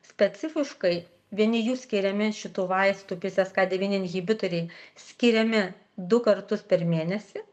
specifiškai vieni jų skiriami šitų vaistų p c s k devyni inhibitoriai skiriami du kartus per mėnesį